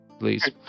please